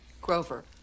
Grover